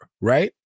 right